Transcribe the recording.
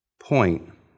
point